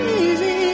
easy